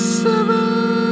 seven